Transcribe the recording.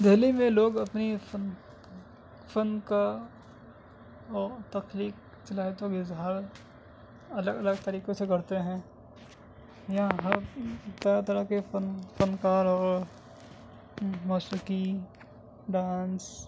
دہلی میں لوگ اپنی فن فن کا اور تخلیق صلاحیتیوں کا اظہار الگ الگ طریقوں سے کرتے ہیں یہاں ہر طرح طرح کے فن فنکار اور موسیقی ڈانس